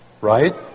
Right